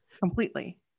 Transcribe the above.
Completely